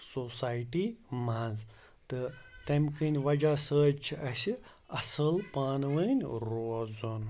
society منٛز تہٕ تَمہِ کِنۍ وَجہہ سۭتۍ چھِ اَسہِ اَصٕل پانہٕ ؤنۍ روزان